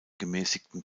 gemäßigten